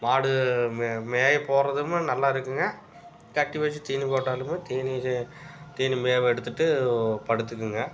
மாடு மே மேய போகிறதுமும் நல்லாயிருக்குங்க கட்டி வச்சு தீனி போட்டாலும் தீனி இது தீனி மேவெடுத்துட்டு படுத்துக்குங்க